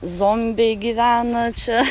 zombiai gyvena čia